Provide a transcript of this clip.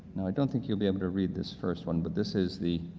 now i don't think you'll be able to read this first one but this is the